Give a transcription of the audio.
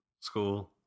School